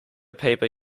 paper